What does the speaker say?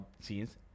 scenes